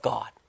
God